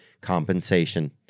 compensation